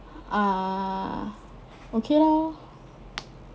ah okay lor